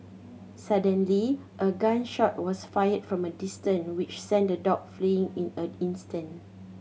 suddenly a gun shot was fired from a distance which sent the dog fleeing in an instant